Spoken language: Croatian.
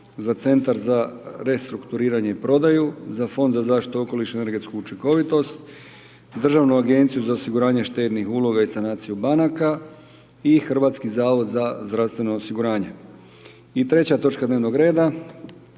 za Centar za restrukturiranje i prodaju, za Fond za zaštitu okoliša i energetsku učinkovitost, Državnu agenciju za osiguranje štednih uloga i sanaciju banaka i Hrvatski zavod za zdravstveno osiguranje. I treća točka dnevnog reda,